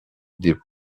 des